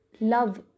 love